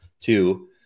Two